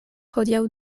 hodiaŭ